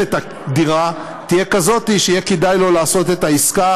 את הדירה יהיו כאלה שיהיה לו כדאי לעשות את העסקה